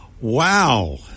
Wow